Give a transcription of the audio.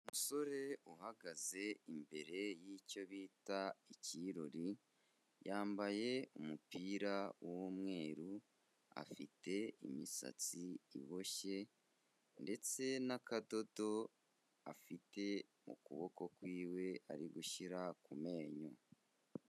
Umusore uhagaze imbere y'icyo bita ikirori, yambaye umupira w'umweru, afite imisatsi iboshye ndetse n'akadodo afite mu kuboko kwiwe ari gushyira ku menyo.